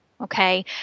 okay